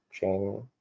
chain